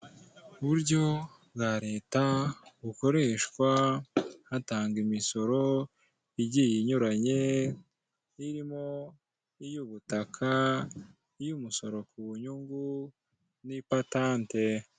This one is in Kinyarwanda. Uburyo bwa leta bukoreshwa hatangwa imisoro igiye inyuranye irimo iy'ubutaka, iy'umusoro ku nyungu n'ipatante.